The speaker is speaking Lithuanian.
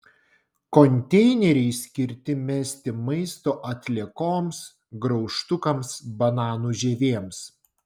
konteineriai skirti mesti maisto atliekoms graužtukams bananų žievėms